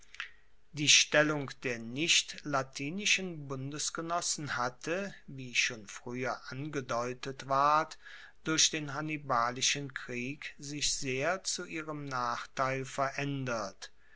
die stellung der nichtlatinischen bundesgenossen hatte wie schon frueher angedeutet ward durch den hannibalischen krieg sich sehr zu ihrem nachteil veraendert